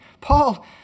Paul